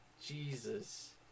Jesus